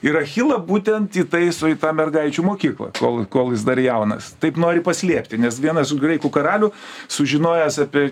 ir achilą būtent įtaiso į tą mergaičių mokyklą kol kol jis dar jaunas taip nori paslėpti nes vienas graikų karalių sužinojęs apie